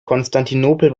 konstantinopel